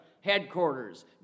headquarters